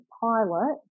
pilot